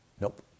Nope